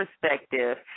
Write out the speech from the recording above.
perspective